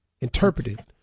interpreted